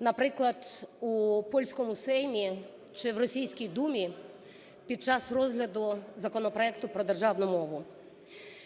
наприклад, у польському Сеймі чи в російській Думі під час розгляду законопроекту про державну мову.